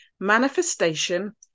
manifestation